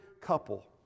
couple